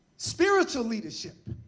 spiritual leadership,